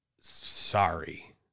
Sorry